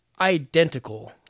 identical